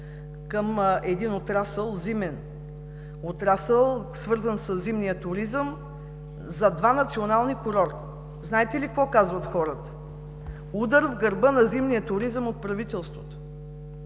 към един зимен отрасъл, свързан със зимния туризъм за два национални курорта. Знаете ли какво казват хората? Удар в гърба на зимния туризъм от правителството!